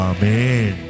Amen